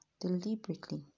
deliberately